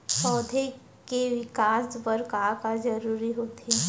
पौधे के विकास बर का का जरूरी होथे?